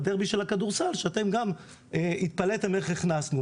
בדרבי של הכדורסל שאתם גם התפלאתם איך הכנסנו.